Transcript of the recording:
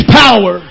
power